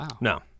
No